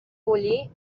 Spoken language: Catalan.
bullir